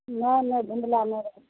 नहि नहि धुन्धला नइशहि